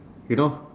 you know